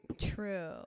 True